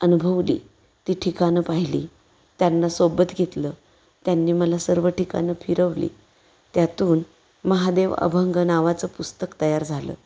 अनुभवली ती ठिकाणं पाहिली त्यांना सोबत घेतलं त्यांनी मला सर्व ठिकाणं फिरवली त्यातून महादेव अभंग नावाचं पुस्तक तयार झालं